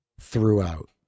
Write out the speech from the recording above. throughout